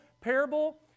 parable